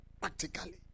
practically